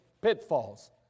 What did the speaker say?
pitfalls